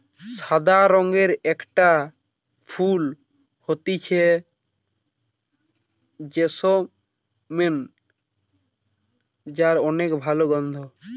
সাদা রঙের একটা ফুল হতিছে জেসমিন যার অনেক ভালা গন্ধ